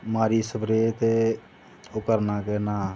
मारी स्प्रे ते ओह् करना केह् करना